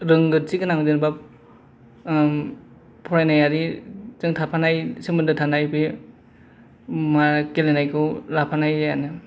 रोंगौथि गोनां जेनेबा फरायनायआरिजों थाफानाय सोमोन्दो थानाय बे गेलेनायखौ लाफानाय जायानो